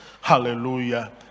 hallelujah